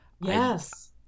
yes